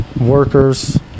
Workers